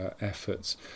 efforts